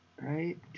right